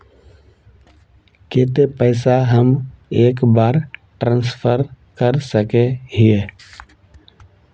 केते पैसा हम एक बार ट्रांसफर कर सके हीये?